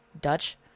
Dutch